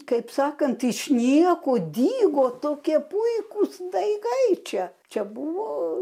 kaip sakant iš nieko dygo tokie puikūs daigai čia čia buvo